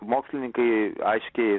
mokslininkai aiškiai